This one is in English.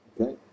Okay